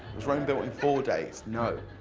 was rome built in four days, no,